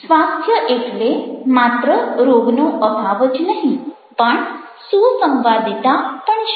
સ્વાસ્થ્ય એટલે માત્ર રોગનો અભાવ જ નહીં પણ સુસંવાદિતા પણ છે